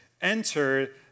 enter